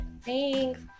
Thanks